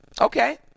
Okay